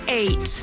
eight